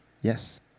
Yes